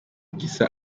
gisa